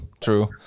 true